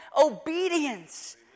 obedience